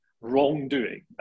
wrongdoing